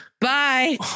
Bye